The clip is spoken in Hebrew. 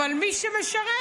אבל מי שישרת,